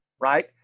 right